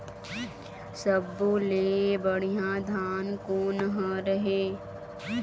सब्बो ले बढ़िया धान कोन हर हे?